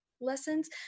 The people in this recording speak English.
lessons